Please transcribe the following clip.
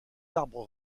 arbres